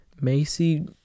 Macy